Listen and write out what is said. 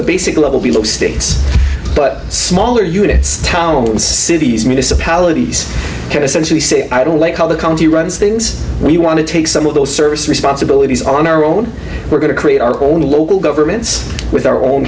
the basic level below states but smaller units and cities municipalities can essentially say i don't like all the county runs things we want to take some of those service responsibilities on our own we're going to create our own local governments with our own